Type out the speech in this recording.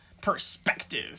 perspective